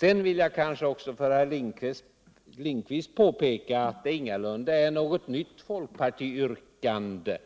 Jag vill också för herr Lindkvist påpeka att detta ingalunda är något nytt folkpartivrkande.